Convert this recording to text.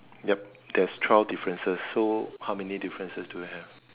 yup there's twelve differences so how many differences do you have